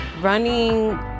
Running